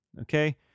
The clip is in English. okay